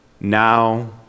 now